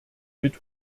mit